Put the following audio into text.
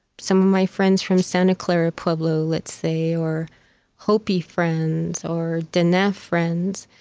some of my friends from santa clara pueblo, let's say, or hopi friends or dine yeah friends.